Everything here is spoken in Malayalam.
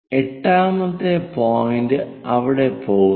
എട്ടാമത്തെ പോയിന്റ് അവിടെ പോകുന്നു